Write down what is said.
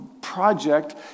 project